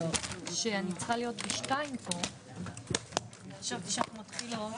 הישיבה ננעלה בשעה 12:15.